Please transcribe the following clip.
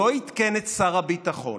לא עדכן את שר הביטחון,